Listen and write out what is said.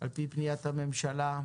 על פי פניית הממשלה,